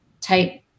type